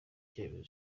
cyemezo